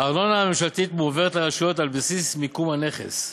הארנונה הממשלתית מועברת לרשויות על בסיס מיקום הנכס,